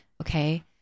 Okay